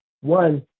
One